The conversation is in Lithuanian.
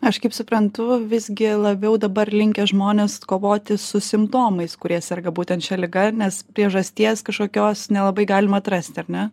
aš kaip suprantu visgi labiau dabar linkę žmonės kovoti su simptomais kurie serga būtent šia liga nes priežasties kažkokios nelabai galim atrasti ar ne